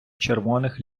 червоних